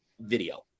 video